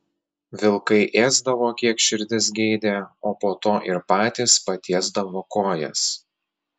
vilkai ėsdavo kiek širdis geidė o po to ir patys patiesdavo kojas